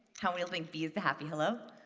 how many think b is the happy hello?